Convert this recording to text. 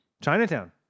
Chinatown